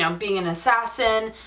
um being an assassin,